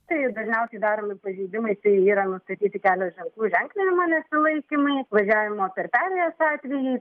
tai dažniausiai daromi pažeidimai tai yra nustatyti kelio ženklų ženklinimo nesilaikymai važiavimo per perėjas atvejai